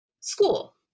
school